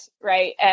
Right